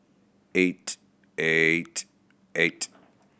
eight eight eight